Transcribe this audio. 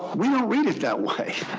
we don't read it that way.